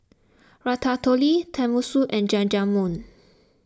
Ratatouille Tenmusu and Jajangmyeon